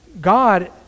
God